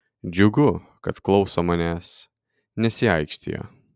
džiugu kad klauso manęs nesiaikštija